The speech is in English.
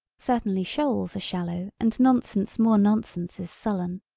certainly shoals are shallow and nonsense more nonsense is sullen.